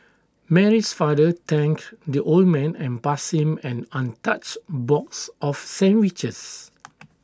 Mary's father thanked the old man and passed him an untouched box of sandwiches